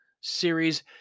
series